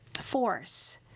force